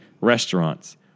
restaurants